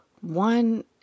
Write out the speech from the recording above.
one